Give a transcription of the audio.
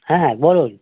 হ্যাঁ বলুন